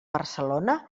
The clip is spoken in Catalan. barcelona